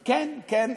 כן, כן.